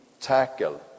tackle